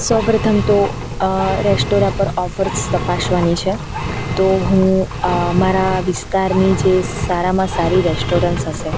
સૌપ્રથમ તો રેસ્ટોરાં પર ઑફર્સ તપાસવાની છે તો હું મારા વિસ્તારની જે સારામાં સારી રેસ્ટોરન્ટસ હશે